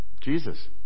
Jesus